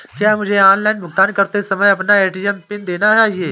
क्या मुझे ऑनलाइन भुगतान करते समय अपना ए.टी.एम पिन देना चाहिए?